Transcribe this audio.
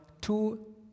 two